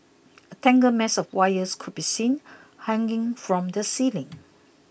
a tangled mess of wires could be seen hanging from the ceiling